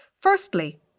Firstly